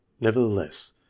Nevertheless